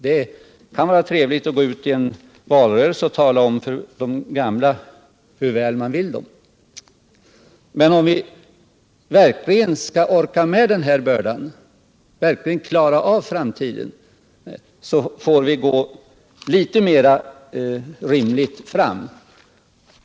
Det kan vara trevligt att gå ut i en valrörelse och tala om för de gamla hur väl man vill dem, men om vi verkligen skall kunna klara av framtiden måste vi gå fram på ett mera rimligt sätt.